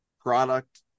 product